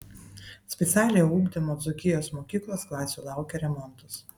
specialiojo ugdymo dzūkijos mokyklos klasių laukia remontas